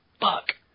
Fuck